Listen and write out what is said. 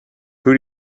who